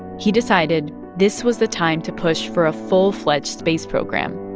he decided this was the time to push for a full-fledged space program.